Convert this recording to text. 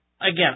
again